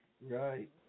Right